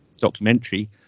documentary